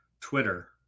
Twitter